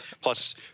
plus